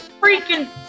Freaking